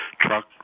truck